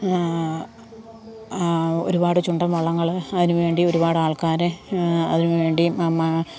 ഒരുപാട് ചുണ്ടൻ വള്ളങ്ങള് അതിനുവേണ്ടി ഒരുപാട് ആൾക്കാര് അതിനു വേണ്ടിയും നമ്മള്